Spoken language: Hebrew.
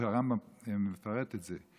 הרמב"ם מפרט את זה,